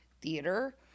theater